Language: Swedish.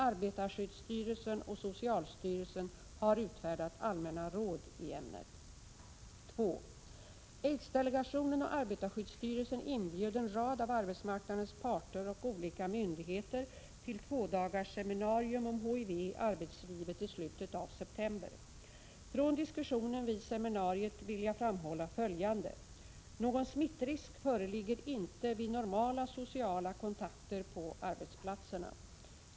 Arbetarskyddsstyrelsen och socialstyrelsen har utfärdat allmänna råd i ämnet. 2. Aidsdelegationen och arbetarskyddsstyrelsen inbjöd en rad av arbetsmarknadens parter och olika myndigheter till två dagars seminarium om HIV i arbetslivet i slutet av september. Från diskussionen vid seminariet vill jag framhålla följande. Någon smittrisk föreligger inte vid normala sociala kontakter på arbetsplatserna.